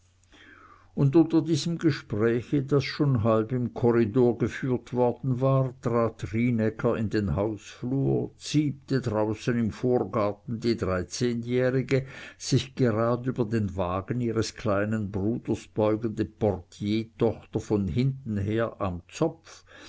und unter diesem gespräche das schon halb im korridor geführt worden war trat rienäcker in den hausflur ziepte draußen im vorgarten die dreizehnjährige sich gerad über den wagen ihres kleinen bruders beugende portiertochter von hinten her am zopf